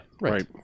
right